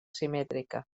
simètrica